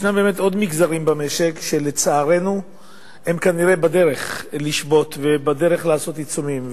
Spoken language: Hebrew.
ישנם עוד מגזרים במשק שלצערנו הם כנראה בדרך לשבות ובדרך לעשות עיצומים.